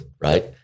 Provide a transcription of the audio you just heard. right